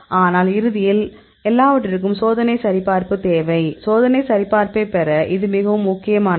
ஆனால் இறுதியில் எல்லாவற்றிற்கும் சோதனை சரிபார்ப்பு தேவை சோதனை சரிபார்ப்பைப் பெற இது மிகவும் முக்கியமானது